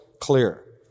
clear